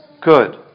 Good